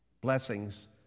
Blessings